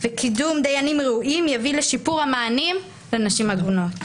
וקידום דיינים ראויים יביא לשיפור המענים לנשים העגונות.